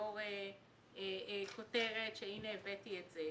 ולגזור כותרת שהנה הבאתי את זה,